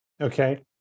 okay